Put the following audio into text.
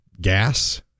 gas